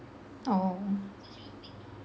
oh